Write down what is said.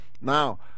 Now